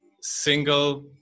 single